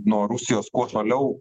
nuo rusijos kuo toliau